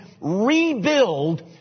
rebuild